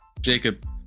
Jacob